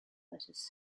lettuce